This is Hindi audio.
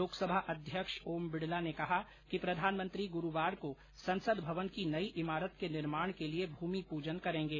लोकसभा अध्यक्ष ओम बिरला ने कहा कि प्रधानमंत्री गुरूवार को संसद भवन की नई इमारत के निर्माण के लिये मूमि पूजन करेंगे